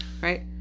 right